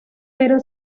pero